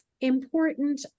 important